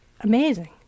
Amazing